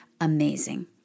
amazing